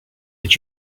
did